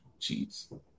Jeez